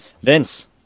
Vince